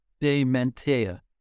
Dementia